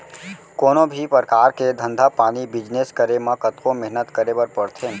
कोनों भी परकार के धंधा पानी बिजनेस करे म कतको मेहनत करे बर परथे